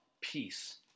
peace